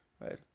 right